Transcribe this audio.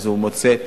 הוא מוצא,